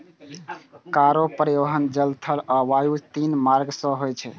cargo परिवहन जल, थल आ वायु, तीनू मार्ग सं होय छै